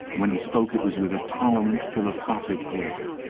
when he spoke it was with a tolerant philosophical air,